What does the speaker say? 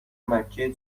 مکه